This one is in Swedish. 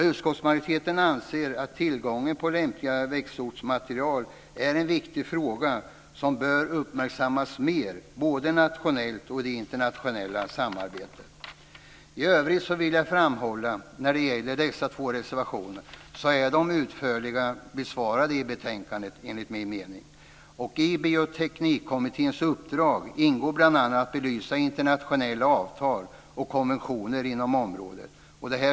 Utskottsmajoriteten anser att tillgången på lämpligt växtsortmaterial är en viktig fråga som bör uppmärksammas mer både nationellt och i det internationella samarbetet. I övrigt vill jag framhålla att dessa två reservationer enligt min mening är utförligt besvarade i betänkandet. I Bioteknikkommitténs uppdrag ingår bl.a. att belysa internationella avtal och konventioner inom området.